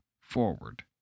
forward